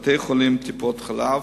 בתי-חולים וטיפות-חלב.